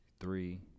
three